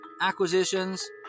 acquisitions